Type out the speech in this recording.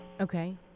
Okay